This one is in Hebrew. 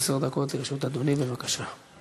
עשר דקות לרשות אדוני, בבקשה.